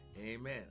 amen